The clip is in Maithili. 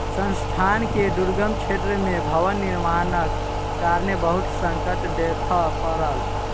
संस्थान के दुर्गम क्षेत्र में भवन निर्माणक कारणेँ बहुत संकट देखअ पड़ल